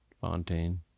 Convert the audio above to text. Fontaine